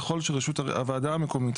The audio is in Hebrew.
ככל שהוועדה המקומית,